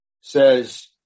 says